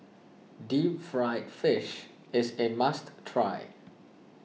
Deep Fried Fish is a must try